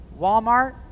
Walmart